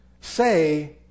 say